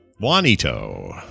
Juanito